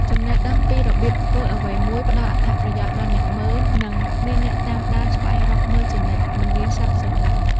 ចំណេះដឹងពីរបៀបធ្វើអ្វីមួយផ្ដល់អត្ថប្រយោជន៍ដល់អ្នកមើល និង មានអ្នកតាមដានស្វែងរកមើលជានិច្ចមិនងាយសាបសូន្យឡើយ។